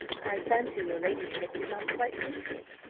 i fancy your ladyship did not quite finish it,